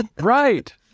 Right